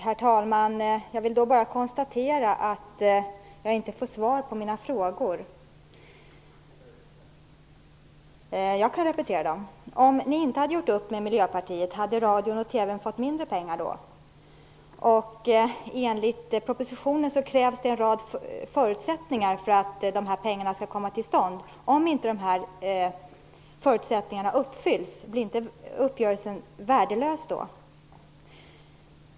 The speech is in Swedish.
Herr talman! Jag vill bara konstatera att jag inte får svar på mina frågor. Jag kan repetera dem. Om ni inte hade gjort upp med Miljöpartiet, hade då radion och TV:n fått mindre pengar? Enligt propositionen krävs det en rad förutsättningar för att pengarna skall komma till stånd. Om inte dessa förutsättningar uppfylls, blir då inte uppgörelsen värdelös?